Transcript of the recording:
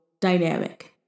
dynamic